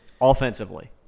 offensively